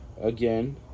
again